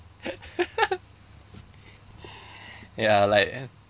ya like